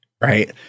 Right